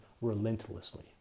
relentlessly